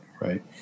right